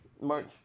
March